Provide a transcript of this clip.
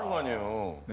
i know.